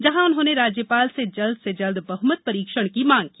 जहां उन्होंने राज्यपाल से जल्द से जल्द बहमत परीक्षण की मांग की